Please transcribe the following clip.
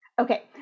Okay